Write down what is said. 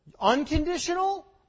Unconditional